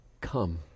come